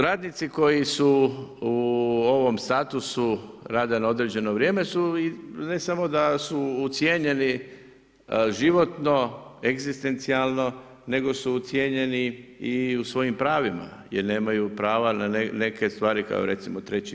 Radnici koji su u ovom satu rada na određeno vrijeme su, i ne samo da su ucijenjeni životno, egzistencijalno, nego su ucijenjeni i u svojim pravima jer nemaju prava na neke stvari kao recimo na III.